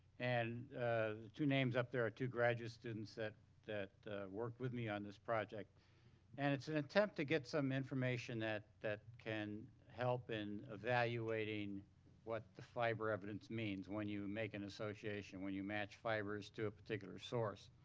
and the ah two names up there are two graduates students that that worked with me on this project and it's an attempt to get some information that that can help in evaluating what the fiber evidence means when you make an association, when you match fibers to a particular source.